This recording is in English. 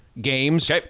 games